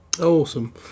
awesome